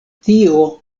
tio